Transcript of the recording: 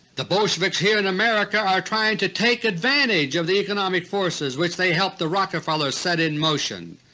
the bolsheviks here in america are trying to take advantage of the economic forces which they helped the rockefellers set in motion.